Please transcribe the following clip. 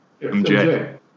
MJ